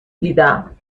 دیدم